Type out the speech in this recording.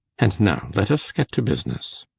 and now let us get to business.